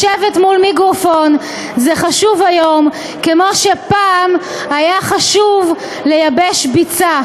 לשבת מול מיקרופון זה חשוב היום כמו שפעם היה חשוב לייבש ביצה,